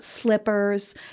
slippers